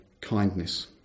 kindness